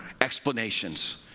explanations